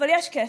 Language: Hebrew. אבל יש כסף.